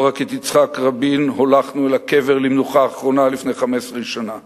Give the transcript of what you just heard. לא רק את יצחק רבין הולכנו אל הקבר למנוחה אחרונה לפני 15 שנה.